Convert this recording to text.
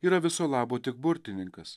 yra viso labo tik burtininkas